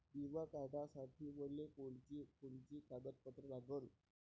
बिमा काढासाठी मले कोनची कोनची कागदपत्र लागन?